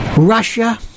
Russia